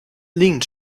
lien